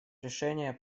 решение